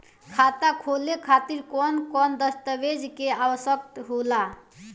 खाता खोले खातिर कौन कौन दस्तावेज के आवश्यक होला?